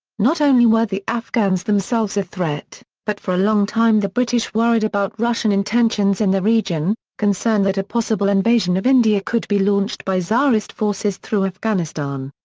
not only were the afghans themselves a threat, but for a long time the british worried about russian intentions in the region, concerned that a possible invasion of india could be launched by tsarist forces through afghanistan.